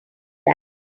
that